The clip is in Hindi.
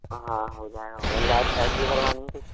हाँ हो जाएगा और लाइट फाईट भी करवानी है कुछ